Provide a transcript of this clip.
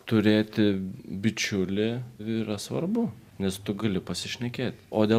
turėti bičiulį yra svarbu nes tu gali pasišnekėt o dėl